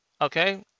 okay